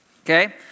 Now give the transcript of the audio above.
okay